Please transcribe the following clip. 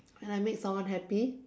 when I made someone happy